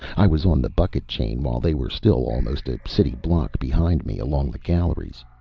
i was on the bucket chain while they were still almost a city block behind me, along the galleries.